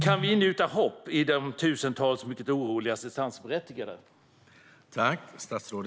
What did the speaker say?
Kan vi ingjuta hopp i de tusentals mycket oroliga assistansberättigade?